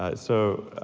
ah so,